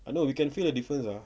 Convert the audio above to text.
I know you can feel the difference ah